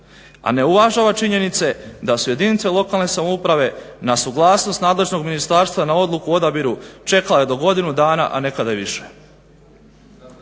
A ne uvažava činjenice da su jedinice lokalne samouprave na suglasnost nadležnog ministarstva na odluku o odabiru čekale do godinu dana, a nekada i više.